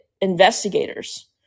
investigators